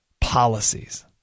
policies